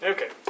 Okay